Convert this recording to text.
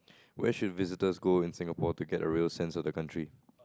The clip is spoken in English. where should visitors go in Singapore to get a real sense of the country